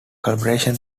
collaboration